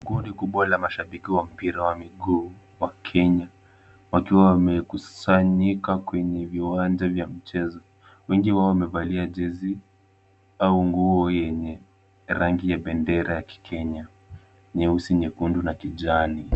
Kundi kubwa la mashabiki wa mpira wa miguu wa Kenya. Wakiwa wamekusanyika kwenye viwanja vya michezo. Wengi wao wamevalia jezi au nguo yenye rangi ya bendera ya Kikenya. Nyeusi nyekundu na kijani.